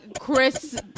Chris